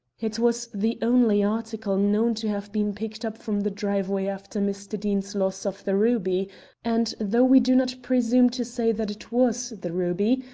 it was the only article known to have been picked up from the driveway after mr. deane's loss of the ruby and though we do not presume to say that it was the ruby,